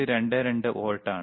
22 volt ആണ്